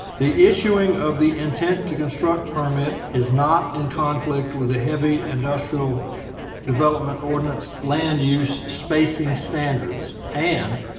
the issuing of the intent to construct permit is not in conflict with a heavy industrial development ordinance land use spacing standards and